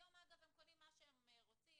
היום הם קונים מה שהם רוצים,